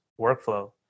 workflow